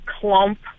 clump